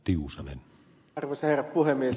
arvoisa herra puhemies